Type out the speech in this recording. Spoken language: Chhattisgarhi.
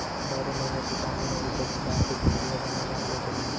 बारो महिना किसानी होही त किसान के जिनगी ह बने ढंग ले चलही